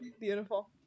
beautiful